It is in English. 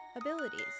abilities